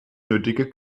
nötige